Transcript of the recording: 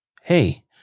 hey